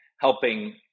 helping